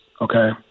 okay